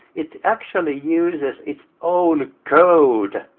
it actually uses its own code,